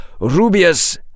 Rubius